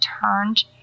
turned